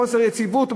לחוסר יציבות,